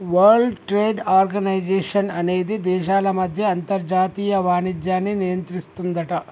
world trade organisation అనేది దేశాల మధ్య అంతర్జాతీయ వాణిజ్యాన్ని నియంత్రిస్తుందట